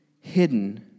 hidden